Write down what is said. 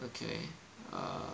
okay uh